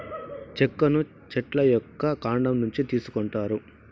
చెక్కను చెట్ల యొక్క కాండం నుంచి తీసుకొంటారు